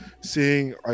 seeing